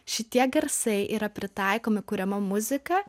šitie garsai yra pritaikomi kuriama muzika